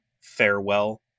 farewell